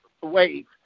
wave